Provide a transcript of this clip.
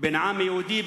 בין העם היהודי,